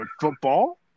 football